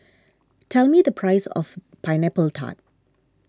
tell me the price of Pineapple Tart